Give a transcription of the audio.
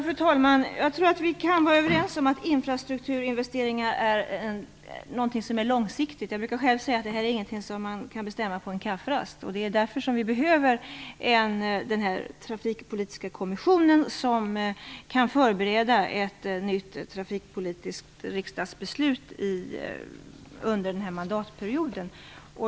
Fru talman! Jag tror att vi kan vara överens om att infrastrukturinvesteringar är någonting som är långsiktigt. Jag brukar själv säga att detta inte är någonting som man kan bestämma på en kafferast. Det är därför som vi behöver den trafikpolitiska kommissionen, som kan förbereda ett nytt trafikpolitiskt riksdagsbeslut under den här mandatperioden.